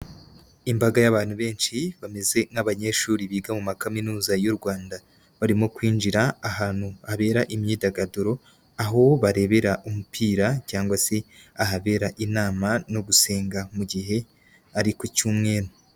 Imbaga y'abantu benshi bameze nk'abanyeshuri biga mu makaminuza y'u Rwanda, barimo kwinjira ahantu habera imyidagaduro aho barebera umupira cyangwa se ahabera inama no gusenga mu gihe ari ku cyumweru.